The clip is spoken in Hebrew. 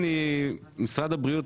משרד הבריאות,